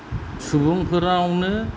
सुबुंफोरावनो